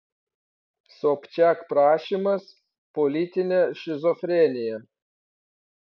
sobčiak prašymas politinė šizofrenija